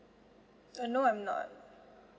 uh no I'm not